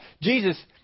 Jesus